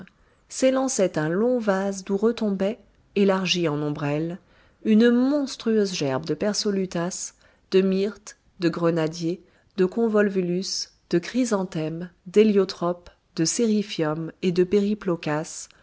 s'élançait un long vase d'où retombait élargie en ombrelle une monstrueuse gerbe de persolutas de myrtes de grenadiers de convolvulus de chrysanthèmes d'héliotropes des sériphiums et de